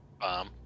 bomb